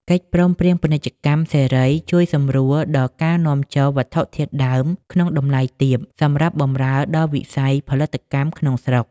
កិច្ចព្រមព្រៀងពាណិជ្ជកម្មសេរីជួយសម្រួលដល់ការនាំចូលវត្ថុធាតុដើមក្នុងតម្លៃទាបសម្រាប់បម្រើដល់វិស័យផលិតកម្មក្នុងស្រុក។